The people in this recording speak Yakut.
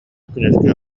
күнүскү